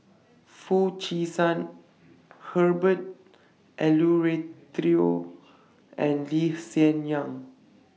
Foo Chee San Herbert Eleuterio and Lee Hsien Yang